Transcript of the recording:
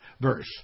verse